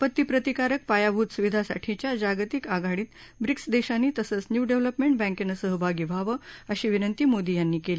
आपती प्रतिकारक पायाभूत सुविधांसाठीच्या जागतिक आघाडीत ब्रिक्स देशांनी तसंच न्यू डेव्हलपर्मेंट बँकेनं सहभागी व्हावं अशी विनंती मोदी यांनी केली